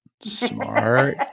Smart